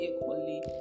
equally